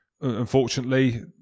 unfortunately